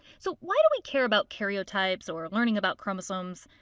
so why do we care about karyotypes or learning about chromosomes?